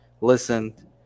listened